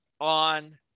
on